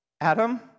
Adam